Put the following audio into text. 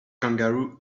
kangaroo